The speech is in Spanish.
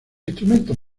instrumentos